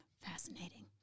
Fascinating